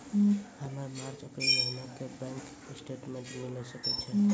हमर मार्च अप्रैल महीना के बैंक स्टेटमेंट मिले सकय छै?